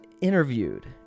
interviewed